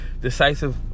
decisive